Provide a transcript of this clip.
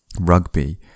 rugby